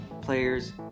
players